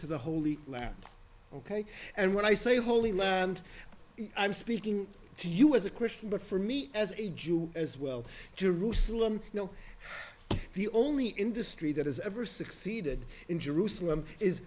to the holy land ok and when i say holy land i'm speaking to you as a christian but for me as a jew as well jerusalem you know the only industry that has ever succeeded in jerusalem is